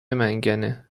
منگنه